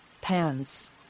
pants